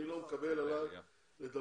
אני לא מקבל עלי להעלות